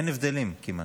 אין הבדלים כמעט,